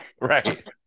Right